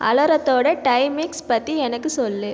அலாரத்தோட timings பற்றி எனக்கு சொல்